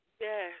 Yes